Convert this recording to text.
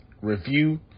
review